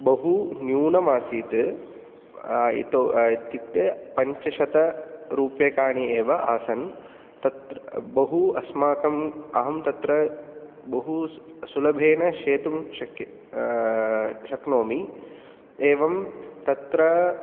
बहु न्यूनम् आसीत् इत्युक्ते पञ्चशतरूप्यकाणि एव आसन् तत्र बहु अस्माकम् अहं तत्र बहुसु सुलभेन शेतुं शक्य शक्नोमि एवं तत्र